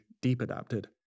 deep-adapted